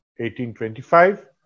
1825